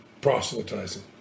proselytizing